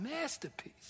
masterpiece